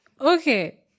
Okay